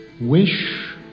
Wish